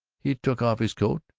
he took off his coat,